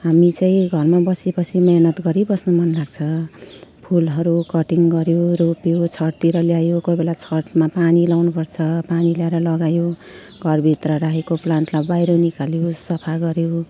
हामी चाहिँ घरमा बसी बसी मिहिनेत गरिबस्नु मन लाग्छ फुलहरू कटिङ गऱ्यो रोप्यो छततिर ल्यायो कोही बेला छतमा पानी लगाउनुपर्छ पानी ल्याएर लगायो घरभित्र राखेको प्लान्टलाई बाहिर निकाल्यो सफा गऱ्यो